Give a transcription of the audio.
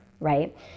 right